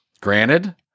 granted